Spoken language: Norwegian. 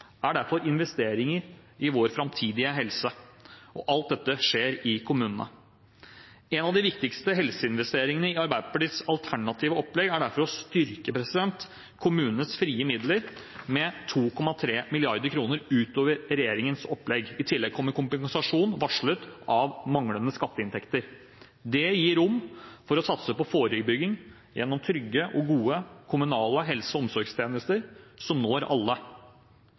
er derfor investeringer i vår framtidige helse, og alt dette skjer i kommunene. En av de viktigste helseinvesteringene i Arbeiderpartiets alternative opplegg er derfor å styrke kommunenes frie midler med 2,3 mrd. kr utover regjeringens opplegg. I tillegg kommer kompensasjon for manglende skatteinntekter. Det gir rom for å satse på forebygging gjennom trygge og gode kommunale helse- og omsorgstjenester som når alle.